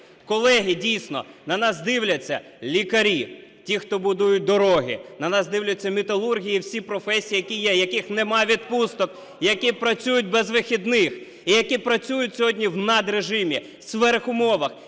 Колеги, дійсно на нас дивляться лікарі, ті хто будують дороги, на нас дивляться металурги і всі професії, які є, у яких немає відпусток, які працюють без вихідних, і, які працюють сьогодні в надрежимі, в сверхумовах,